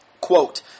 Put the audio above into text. Quote